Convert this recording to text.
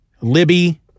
Libby